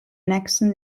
nächsten